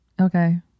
Okay